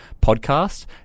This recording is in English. podcast